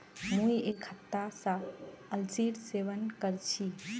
मुई एक हफ्ता स अलसीर सेवन कर छि